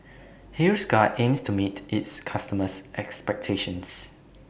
Hiruscar aims to meet its customers' expectations